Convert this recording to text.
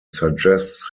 suggests